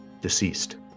deceased